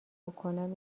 بکنم